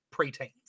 preteens